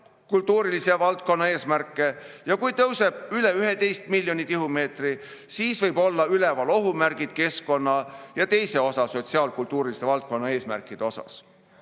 sotsiaal-kultuurilise valdkonna eesmärkidest, ja kui see tõuseb üle 11 miljoni tihumeetri, siis võivad olla üleval ohumärgid keskkonna ja teise osa sotsiaal-kultuuriliste valdkonna eesmärkide